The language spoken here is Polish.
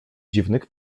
dziwnych